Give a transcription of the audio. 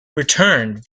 returned